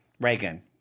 Reagan